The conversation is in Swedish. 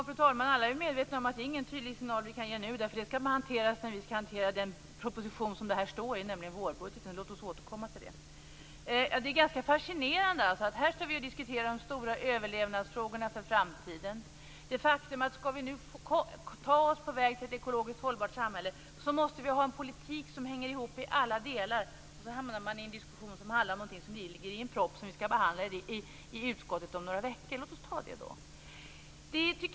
Fru talman! Alla är medvetna om att det inte går att ge en tydlig signal nu. Frågan skall hanteras i samband med den proposition som behandlar frågan, nämligen vårbudgeten. Låt oss återkomma till det. Det är fascinerande att vi här står och diskuterar stora överlevnadsfrågor för framtiden. Men faktum är att om vi skall nå fram till ett ekologiskt hållbart samhälle måste vi ha en politik som hänger ihop i alla delar, och så hamnar vi i en diskussion om en fråga i en proposition som skall behandlas i utskottet om några veckor. Låt oss ta det då.